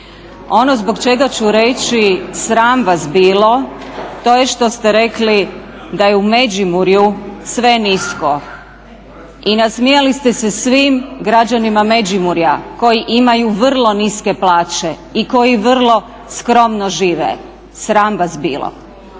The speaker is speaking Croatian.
Ono zbog čega su reći sram vas bilo to je što ste rekli da je u Međimurju sve nisko i nasmijali ste se svim građanima Međimurja koji imaju vrlo niske plaće i koji vrlo skromno žive. Sram vas bilo.